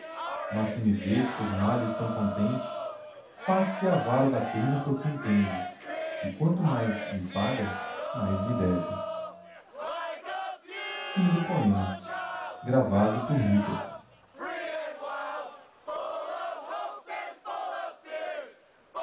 mas se me vês cos males tão contente faz se avaro da pena porque entende que quanto mais me paga mais me deve pede o